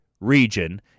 region